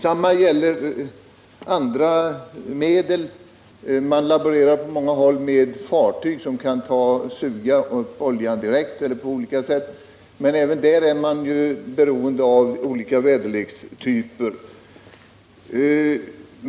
Samma sak gäller för andra metoder. Man laborerar på många håll med fartyg som kan suga upp oljan direkt. Men även där är man beroende av olika väderlekstyper.